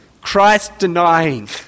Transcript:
Christ-denying